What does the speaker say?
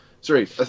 Sorry